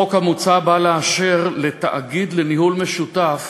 החוק המוצע בא לאשר לתאגיד לניהול משותף